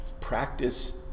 practice